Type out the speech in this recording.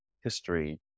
history